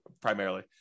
primarily